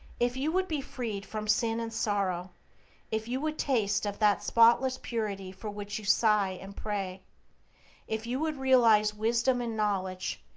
if you would be freed from sin and sorrow if you would taste of that spotless purity for which you sigh and pray if you would realize wisdom and knowledge,